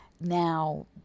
Now